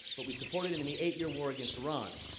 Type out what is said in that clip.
but we supported him in the eight-year war against iran.